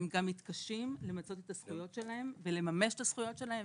הם גם מתקשים למצות את הזכויות שלהם ולממש את הזכויות שלהם,